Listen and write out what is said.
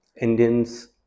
Indians